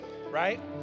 right